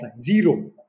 zero